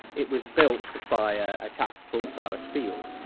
it was built by a ah chap called cyrus field,